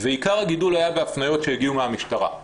ועיקר הגידול היה בהפניות שהגיעו מהמשטרה.